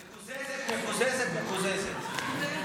מירב: מקוזזת, מקוזזת, מקוזזת.